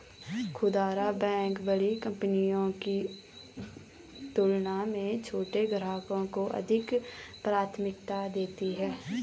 खूदरा बैंक बड़ी कंपनियों की तुलना में छोटे ग्राहकों को अधिक प्राथमिकता देती हैं